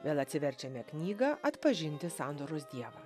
vėl atsiverčiame knygą atpažinti sandoros dievą